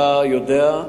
אתה יודע,